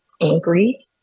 angry